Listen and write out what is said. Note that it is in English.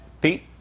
Pete